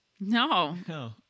No